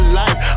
life